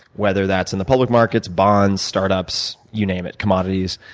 whether that's in the public markets, bonds, startups, you name it, commodities,